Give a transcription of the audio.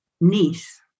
niece